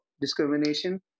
discrimination